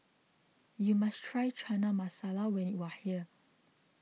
you must try Chana Masala when you are here